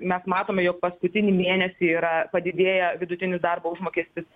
mes matome jog paskutinį mėnesį yra padidėję vidutinis darbo užmokestis